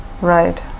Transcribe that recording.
Right